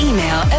Email